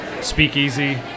speakeasy